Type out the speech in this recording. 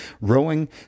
Rowing